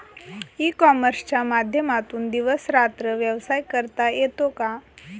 E कॉमर्सच्या माध्यमातून दिवस रात्र व्यवसाय करता येतो का?